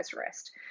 rest